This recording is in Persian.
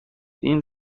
این